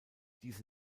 diese